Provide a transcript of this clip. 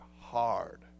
hard